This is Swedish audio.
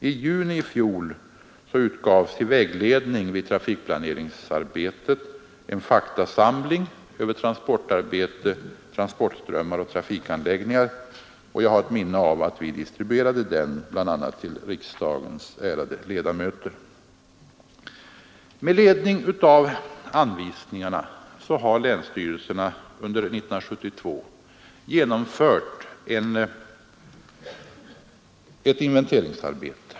I juni i fjol utgavs till vägledning vid trafikplaneringsarbetet en faktasamling över transportarbete, transportströmmar och trafikanläggningar, och jag har ett minne av att vi distribuerade den bl.a. till riksdagens ärade ledamöter. Med ledning av anvisningar har länsstyrelserna under 1972 genomfört ett inventeringsarbete.